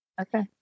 Okay